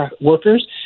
workers